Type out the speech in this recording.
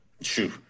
Shoot